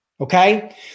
okay